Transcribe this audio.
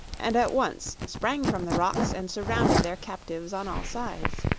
and at once sprang from the rocks and surrounded their captives on all sides.